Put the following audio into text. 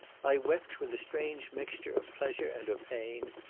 i wept with a strange mixture of pleasure and of pain,